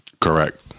Correct